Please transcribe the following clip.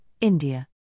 India